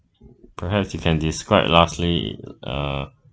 perhaps you can describe lastly uh